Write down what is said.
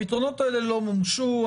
הפתרונות האלה לא מומשו.